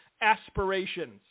aspirations